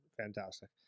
Fantastic